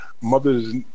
mother's